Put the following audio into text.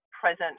present